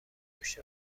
پشت